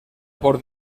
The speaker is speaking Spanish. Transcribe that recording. por